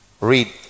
read